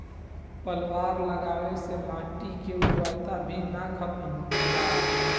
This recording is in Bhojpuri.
पलवार लगावे से माटी के उर्वरता भी ना खतम होला